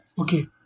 Okay